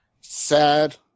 sad